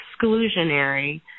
exclusionary